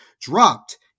dropped